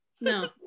No